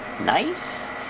nice